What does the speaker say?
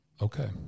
Okay